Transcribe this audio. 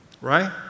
Right